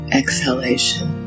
exhalation